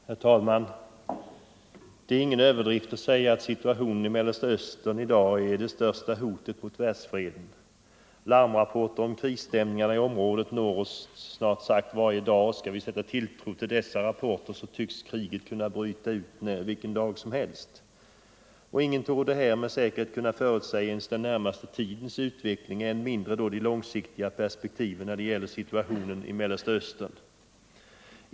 Herr talman! Det är ingen överdrift att säga att situationen i Mellersta Östern i dag är det största hotet mot världsfreden. Larmrapporter om krisstämningar i området når oss snart sagt varje dag. Skall vi sätta tilltro till dessa rapporter tycks kriget kunna bryta ut vilken dag som helst. Ingen torde här med säkerhet kunna förutsäga ens den närmaste tidens utveckling, än mindre de långsiktiga perspektiven när det gäller situationen i Mellersta Östern.